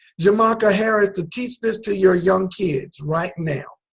jamaka harris to teach this to your young kids right now.